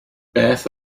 beth